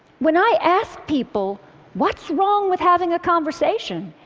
when i ask people what's wrong with having a conversation?